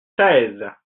seize